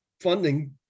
funding